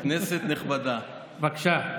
בבקשה.